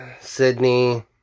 Sydney